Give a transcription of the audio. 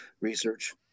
research